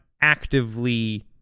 actively